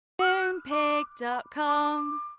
Moonpig.com